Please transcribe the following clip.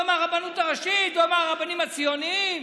לא מהרבנות הראשית, לא מהרבנים הציוניים,